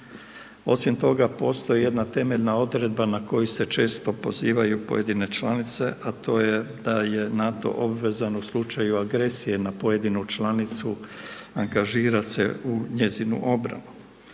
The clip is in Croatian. osim toga postoji jedna temeljna odredba na koju se često pozivaju pojedine članice, a to je da je NATO obvezan u slučaju agresije na pojedinu članicu angažirat se u njezinu obranu.